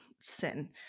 sin